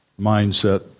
mindset